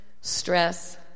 stress